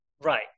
Right